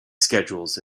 schedules